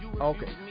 Okay